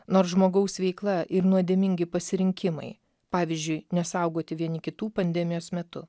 nors žmogaus veikla ir nuodėmingi pasirinkimai pavyzdžiui nesaugoti vieni kitų pandemijos metu